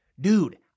dude